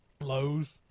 Lowe's